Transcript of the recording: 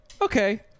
okay